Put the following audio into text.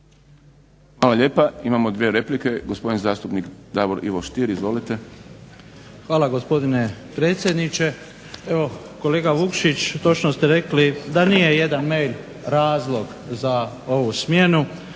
Hvala lijepa. Imamo dvije replike. Gospodin zastupnik Davor Ivo Stier, izvolite. **Stier, Davor Ivo (HDZ)** Hvala, gospodine predsjedniče. Evo kolega Vukšić, točno ste rekli da nije jedan mail razlog za ovu smjenu.